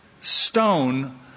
stone